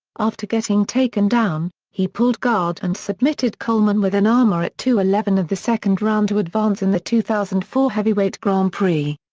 after getting taken down, he pulled guard and submitted coleman with an armbar at two eleven of the second round to advance in the two thousand and four heavyweight grand prix.